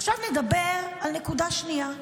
עכשיו נדבר על הנקודה השנייה,